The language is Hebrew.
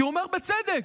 כי הוא אומר, בצדק: